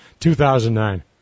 2009